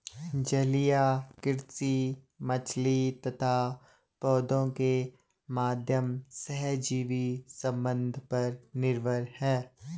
जलीय कृषि मछली तथा पौधों के माध्यम सहजीवी संबंध पर निर्भर है